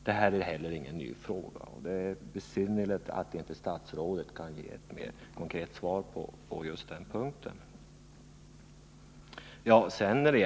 Det här är ingen ny fråga, och det är besynnerligt att inte statsrådet kan ge ett mer konkret svar på just den här punkten.